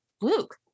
Luke